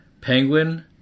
Penguin